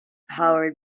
powered